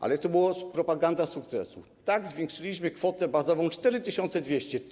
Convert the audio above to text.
Ale to była propaganda sukcesu: tak, zwiększyliśmy kwotę bazową do 4200 zł.